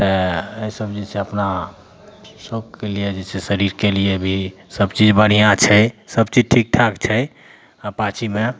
तऽ ईसब जे छै अपना शौकके लिए जे छै शरीरके लिए भी सबचीज बढ़िआँ छै सबचीज ठिकठाक छै अपाचीमे